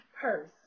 purse